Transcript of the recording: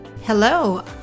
Hello